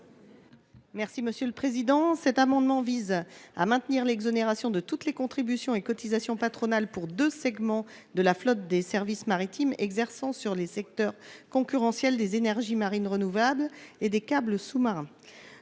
est à Mme Nadège Havet. Cet amendement vise à maintenir l’exonération de toutes les contributions et cotisations patronales pour deux segments de la flotte de services maritimes exerçant sur les secteurs concurrentiels des énergies marines renouvelables et des câbles sous marins.